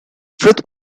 frith